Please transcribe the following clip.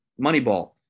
Moneyball